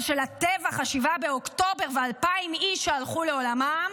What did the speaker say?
של טבח 7 באוקטובר ול-2,000 איש שהלכו לעולמם.